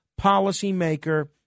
policymaker